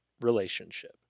relationship